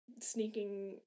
sneaking